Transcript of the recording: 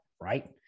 Right